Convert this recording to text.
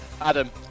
Adam